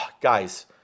guys